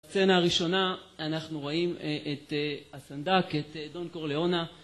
בסצנה הראשונה אנחנו רואים את הסנדק, את דון קורליאונה